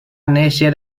néixer